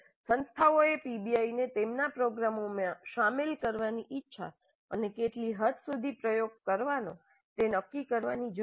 સંસ્થાઓએ પીબીઆઈને તેમના પ્રોગ્રામોમાં શામેલ કરવાની ઇચ્છા અને કેટલી હદ સુધી પ્રયોગ કરવાનો તે નક્કી કરવાની જરૂર છે